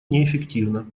неэффективно